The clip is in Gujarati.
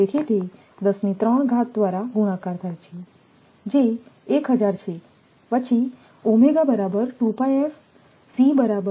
તેથીતે દ્વારા ગુણાકાર થાય છે જે 1000 છે પછી બરાબર